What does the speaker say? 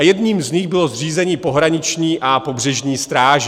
Jedním z nich bylo zřízení pohraniční a pobřežní stráže.